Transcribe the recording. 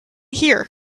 here